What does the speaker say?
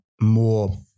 more